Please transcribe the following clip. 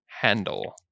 handle